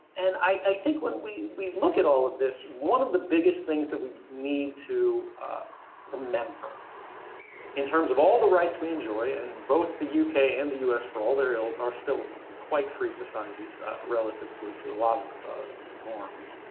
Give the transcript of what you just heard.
and i think when we we look at all of this, one of the biggest things that we need to remember in terms of all the rights we enjoy and both the uk and the us for all their ills are still quite free societies relative to to a lot of norms.